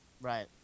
right